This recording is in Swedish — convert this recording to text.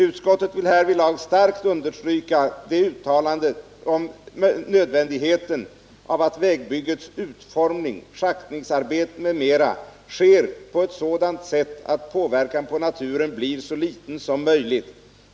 Utskottet vill härvidlag starkt understryka departementschefens uttalande om nödvändigheten av att vägbyggets utformning, schaktningsarbeten m.m. sker på ett sådant sätt att påverkan på naturen blir så liten som möjligt.